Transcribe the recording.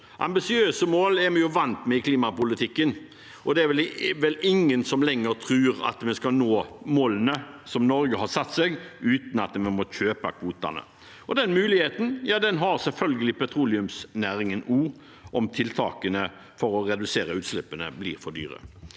Ambisiøse mål er vi jo vant med i klimapolitikken, og det er vel ingen som lenger tror at vi skal nå målene som Norge har satt seg, uten at vi må kjøpe kvotene. Den muligheten har selvfølgelig petroleumsnæringen også, om tiltakene for å redusere utslippene blir for dyre.